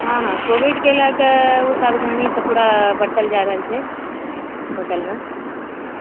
हॅं हॅं कोविडके लय कऽ सावधानी तऽ पुरा बरतल जा रहल छै होटल मे